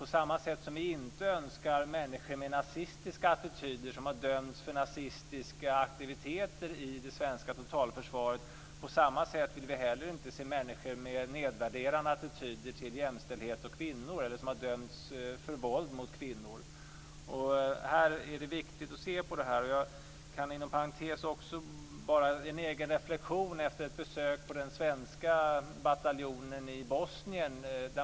På samma sätt som vi inte önskar människor med nazistiska attityder som har dömts för nazistiska aktiviteter i det svenska totalförsvaret vill vi inte heller se människor med nedvärderande attityder till jämställdhet och kvinnor eller som har dömts för våld mot kvinnor. Det är viktigt att se på det här. Jag kan inom parentes också bara ge en egen reflexion efter ett besök på den svenska bataljonen i Bosnien.